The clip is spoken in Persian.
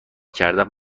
کردن